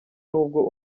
n’ubwo